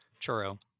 Churro